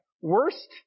Worst